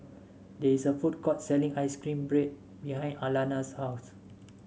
there is a food court selling ice cream bread behind Alanna's house